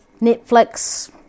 Netflix